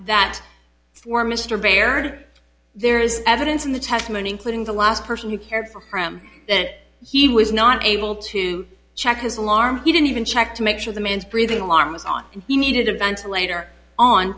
baird there is evidence in the testimony including the last person you care for him that he was not able to check his alarm he didn't even check to make sure the man's breathing alarm was on and he needed a ventilator on